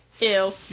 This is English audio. Ew